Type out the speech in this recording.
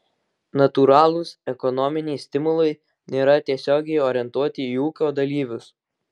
natūralūs ekonominiai stimulai nėra tiesiogiai orientuoti į ūkio dalyvius